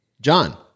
John